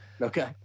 Okay